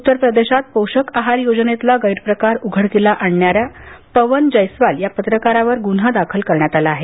उत्तर प्रदेशात पोषक आहार योजनेतला गैरप्रकार उघडकीला आणणाऱ्या पवन जयस्वाल या पत्रकारावर गुन्हा दाखल करण्यात आला आहे